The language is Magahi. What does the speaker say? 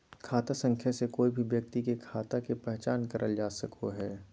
खाता संख्या से कोय भी व्यक्ति के खाता के पहचान करल जा सको हय